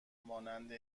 مانند